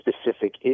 specific